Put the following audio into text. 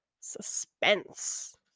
Suspense